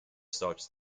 starts